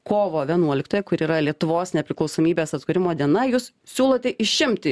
kovo vienuoliktąją kur yra lietuvos nepriklausomybės atkūrimo diena jūs siūlote išimti